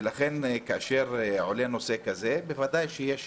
ולכן כאשר עולה נושא כזה בוודאי שיש